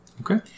Okay